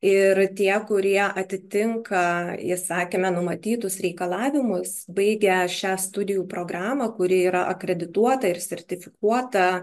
ir tie kurie atitinka įsakyme numatytus reikalavimus baigę šią studijų programą kuri yra akredituota ir sertifikuota